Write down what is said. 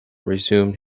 resumed